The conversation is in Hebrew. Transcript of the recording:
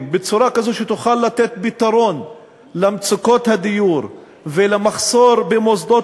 בצורה שתוכל לתת פתרון למצוקות הדיור ולמחסור במוסדות